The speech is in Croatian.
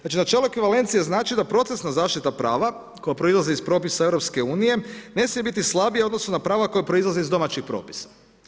Znači načelo ekvivalencije znači da procesna zaštita prava koja proizlazi iz propisa EU, ne smije biti slabija u odnosu na prava koja proizlaze iz domaćih propisa.